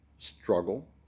Struggle